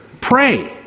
Pray